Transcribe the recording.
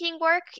work